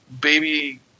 baby